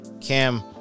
cam